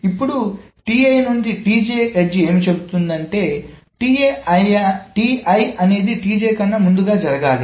ఇప్పుడు to edge ఏమి చెబుతుందంటే అనేది కన్నా ముందుగా జరగాలి